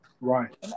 Right